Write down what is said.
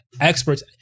experts